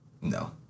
no